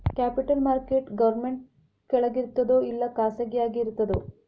Capital market government ಕೆಳಗಿರ್ತದೋ ಇಲ್ಲಾ ಖಾಸಗಿಯಾಗಿ ಇರ್ತದೋ?